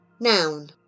Noun